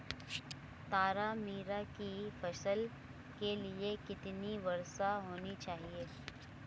तारामीरा की फसल के लिए कितनी वर्षा होनी चाहिए?